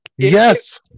yes